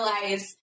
realize